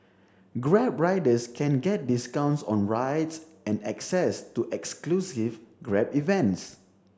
grab riders can get discounts on rides and access to exclusive Grab events